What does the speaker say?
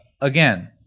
again